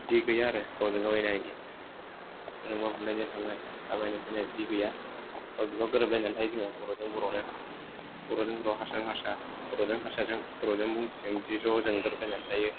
बिदि गैया आरो गावजोंगाव एना एनि सोरजोंबा बुलायनो थांनाय नांलायनो फैनाय बिदि गैया गावजोंगाव गोरोबलायनानै थायो जोङो बर'जों बर'नो बर'जों बर' हारसाजों हारसा बर'जों हारसाजों बर'जों बंसिजों बिदि ज' जों गोरोबलायनानै थायो